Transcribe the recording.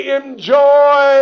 enjoy